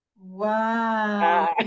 Wow